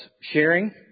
sharing